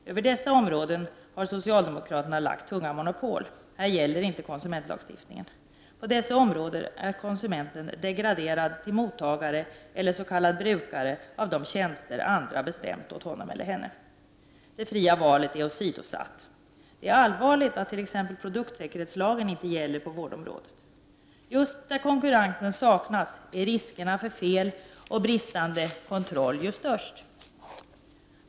Över dessa områden har socialdemokraterna lagt tunga monopol. Här gäller inte heller konsumentlagstiftningen. På dessa områden är konsumenten degraderad till mottagare eller s.k. brukare av de tjänster andra bestämt åt honom eller henne. Det fria valet är åsidosatt. Det är allvarligt att t.ex. produktsäkerhetslagen inte gäller på vårdområdet. Just där konkurrensen saknas är ju riskerna för fel och bristande kontroll störst.